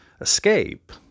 escape